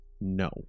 No